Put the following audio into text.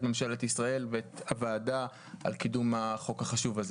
ממשלת ישראל ואת הוועדה על קידום החוק החשוב הזה.